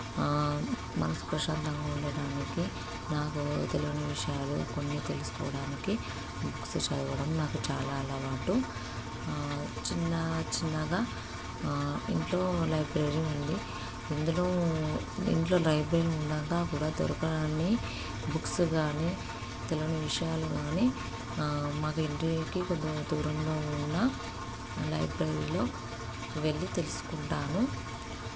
మనసు ప్రశాంతంగా ఉండడానికి నాకు తెలియని విషయాలు కొన్ని తెలుసుకోవడానికి బుక్స్ చదవడం నాకు చాలా అలవాటు చిన్న చిన్నగా ఇంట్లో లైబ్రరీ ఉంది ఇందులో ఇంట్లో లైబ్రరీ ఉండగా కూడా దొరకనన్ని బుక్స్ కానీ తెలియని విషయాలు కానీ మాకు ఇంటికి కొద్దిగా దూరంలో ఉన్న లైబ్రరీలో వెళ్ళి తెలుసుకుంటాను